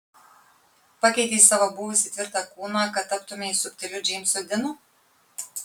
pakeitei savo buvusį tvirtą kūną kad taptumei subtiliu džeimsu dinu